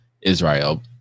Israel